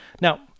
now